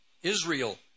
Israel